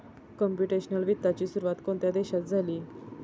Computational वित्ताची सुरुवात कोणत्या देशात झाली?